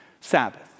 Sabbath